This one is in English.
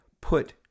put